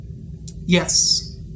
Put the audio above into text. Yes